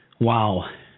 Wow